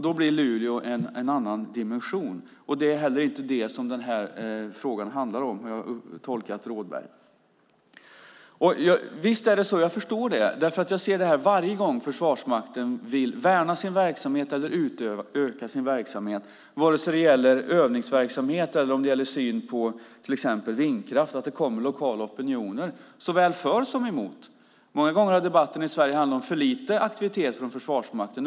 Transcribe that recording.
Då blir Luleå en annan dimension. Det är inte heller detta som frågan handlar om, som jag har tolkat Rådberg. Jag förstår det här, för jag ser det varje gång Försvarsmakten vill värna eller utöka sin verksamhet vare sig det gäller övningsverksamhet eller syn på till exempel vindkraft: Det kommer lokala opinioner såväl för som emot. Många gånger har debatten i Sverige handlat om för lite aktivitet från Försvarsmakten.